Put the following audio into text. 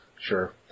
Sure